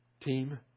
team